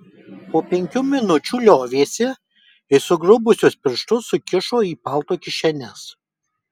po penkių minučių liovėsi ir sugrubusius piršus susikišo į palto kišenes